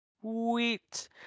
sweet